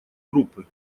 группы